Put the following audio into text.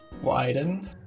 widen